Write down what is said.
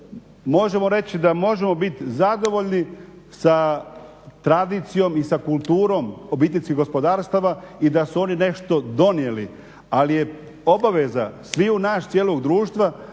možemo reći da možemo biti zadovoljni sa tradicijom i sa kulturom obiteljskih gospodarstava i da su oni nešto donijeli. Ali je obaveza sviju nas, cijelog društva